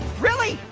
really,